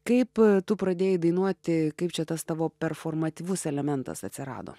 kaip tu pradėjai dainuoti kaip čia tas tavo performatyvus elementas atsirado